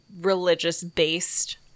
religious-based